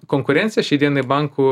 konkurencija šiai dienai bankų